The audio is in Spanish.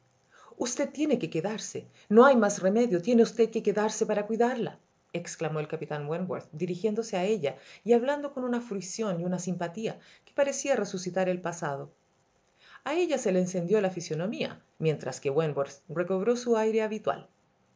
usted tiene que quedarse no hay más re dio tiene usted que quedarse para cuidarlae clamó el capitán wentworth dirigiéndose a ella y hablando con una fruición y una simpatía que parecía resucitar el pasado a ella se le encendió la fisonomía mientras que wentworth recobró su aire habitual